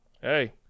hey